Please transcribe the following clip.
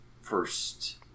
first